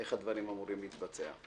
איך הדברים אמורים להתבצע.